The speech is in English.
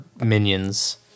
minions